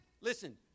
listen